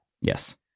Yes